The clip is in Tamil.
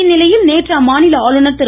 இந்நிலையில் நேற்று அம்மாநில ஆளுநர் திரு